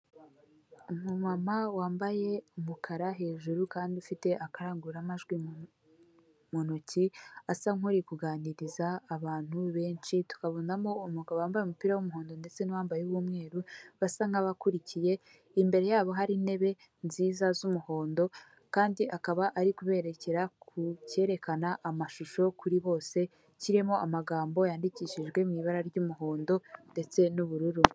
Umumama wambaye umukara hejuru kandi ufite akarangururamajwi mu ntoki asa nkuri kuganiriza abantu benshi tukabonamo umugabo wambaye umupira w'umuhondo ndetse n'uwambaye umweru basa nkabakurikiye, imbere yabo hari intebe nziza z'umuhondo kandi akaba ari kuberekera ku cyerekana amashusho kuri bose kirimo amagambo yandikishijwe mu ibara ry'umuhondo ndetse n'ubururu.